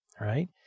right